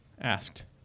asked